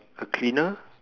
a cleaner